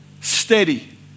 Steady